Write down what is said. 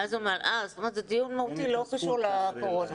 זאת אומרת שזה דיון מהותי ולא קשור לקורונה.